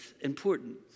important